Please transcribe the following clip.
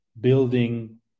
building